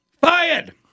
fired